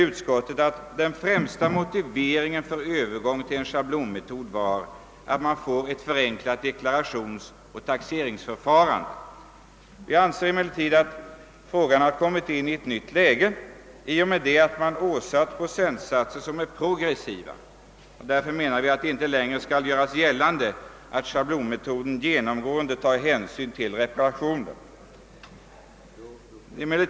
I betänkandet heter det: »Främst motiverades övergången till schablonmetoden med att den innebar en nödvändig förenkling av deklarationsoch taxeringsarbetet.» Jag anser emellertid att frågan kommit i ett nytt läge i och med att procentsatsen gjorts progressiv. Vi anser att det därför inte längre kan göras gällande att schablonmetoden genomgående tar hänsyn till reparationskostnader.